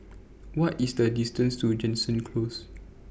What IS The distance to Jansen Close